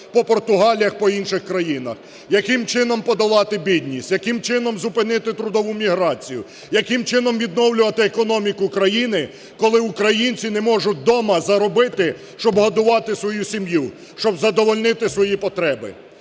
по Португаліях, по інших країнах. Яким чином подолати бідність? Яким чином зупинити трудову міграцію? Яким чином відновлювати економіку країни, коли українці не можуть дома заробити, щоб годувати свою сім'ю, щоб задовольнити свої потреби?